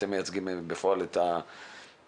ואתם מייצגים בפועל את הלקוחות,